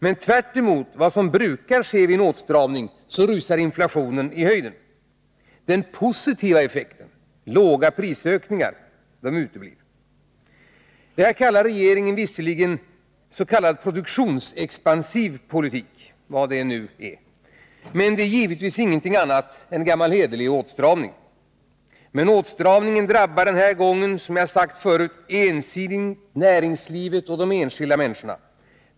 Men tvärtemot vad som brukar ske vid en åtstramning rusar inflationen i höjden. Den positiva effekten — låga prisökningar — uteblir. Detta kallar visserligen regeringen en ”produktionsexpansiv” politik — vad det nu är — men det är givetvis inget annat än gammal hederlig åtstramning. Men åtstramningen drabbar denna gång, som jag sagt förut, ensidigt näringslivet och de enskilda människorna.